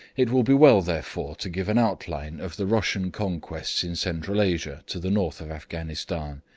it will be well therefore to give an outline of the russian conquests in central asia to the north of afghanistan,